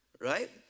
Right